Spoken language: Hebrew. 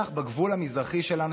לבטח בגבול המזרחי שלנו,